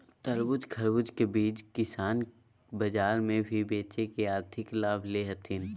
तरबूज, खरबूज के बीज किसान बाजार मे भी बेच के आर्थिक लाभ ले हथीन